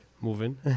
moving